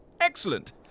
Excellent